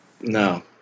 No